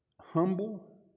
humble